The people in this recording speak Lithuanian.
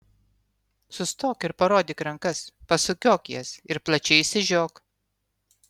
sustok ir parodyk rankas pasukiok jas ir plačiai išsižiok